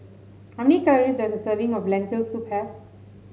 how many calories does a serving of Lentil Soup have